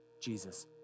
Jesus